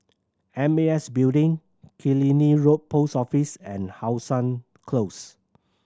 M A S Building Killiney Road Post Office and How Sun Close